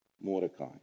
Mordecai